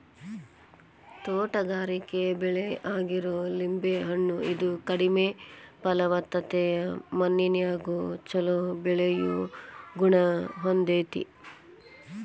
ತೋಟಗಾರಿಕೆ ಬೆಳೆ ಆಗಿರೋ ಲಿಂಬೆ ಹಣ್ಣ, ಇದು ಕಡಿಮೆ ಫಲವತ್ತತೆಯ ಮಣ್ಣಿನ್ಯಾಗು ಚೊಲೋ ಬೆಳಿಯೋ ಗುಣ ಹೊಂದೇತಿ